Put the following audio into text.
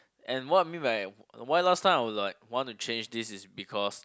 and what I mean by why last time I was like want to change this is because